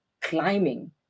climbing